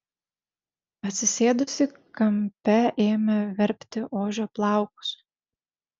atsisėdusi kampe ėmė verpti ožio plaukus